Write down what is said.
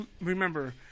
Remember